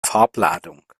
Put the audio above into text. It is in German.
farbladung